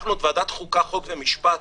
הפכנו את ועדת החוקה, חוק ומשפט